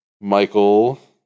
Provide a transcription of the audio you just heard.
Michael